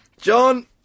John